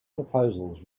proposals